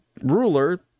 ruler